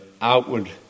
outward